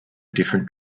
different